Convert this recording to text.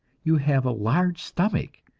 you have a large stomach,